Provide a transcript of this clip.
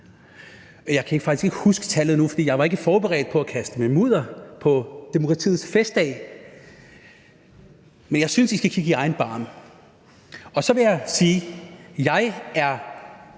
Jeg kan faktisk ikke huske tallet nu, for jeg var ikke forberedt på at skulle kaste med mudder her på demokratiets festdag. Men jeg synes, I skal gribe i egen barm. Så vil jeg sige, at jeg er